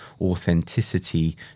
authenticity